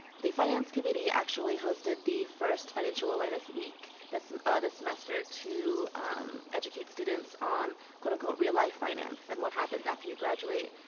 the finance committee actually hosted the first financial awareness week this and ah this semester to educate students on real life finance and what happens after you graduate.